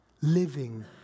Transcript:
living